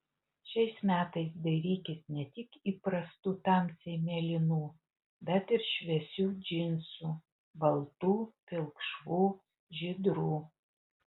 šiais metais dairykis ne tik įprastų tamsiai mėlynų bet ir šviesių džinsų baltų pilkšvų žydrų